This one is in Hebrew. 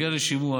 בנוגע לשימוע,